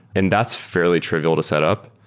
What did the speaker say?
and that's fairly trivial to set up.